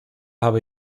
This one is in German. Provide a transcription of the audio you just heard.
habe